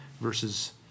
versus